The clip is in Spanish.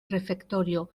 refectorio